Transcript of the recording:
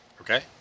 okay